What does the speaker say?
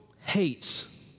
hates